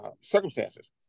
circumstances